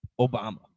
Obama